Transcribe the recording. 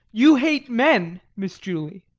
you hate men, miss julie.